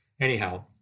Anyhow